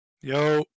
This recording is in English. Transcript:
Yo